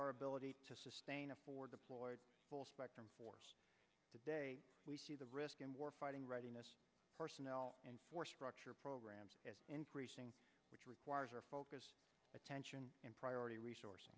our ability to sustain a four deployed full spectrum force today the risk in war fighting readiness personnel and for structure programs is increasing which requires our focus attention and priority resources